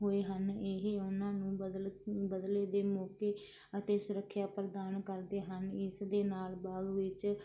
ਹੋਏ ਹਨ ਇਹ ਉਹਨਾਂ ਨੂੰ ਬਦਲ ਬਦਲਦੇ ਮੌਕੇ ਅਤੇ ਸੁਰੱਖਿਆ ਪ੍ਰਦਾਨ ਕਰਦੇ ਹਨ ਇਸ ਦੇ ਨਾਲ ਬਾਗ ਵਿੱਚ